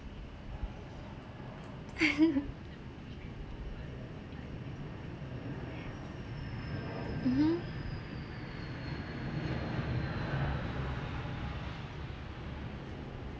mmhmm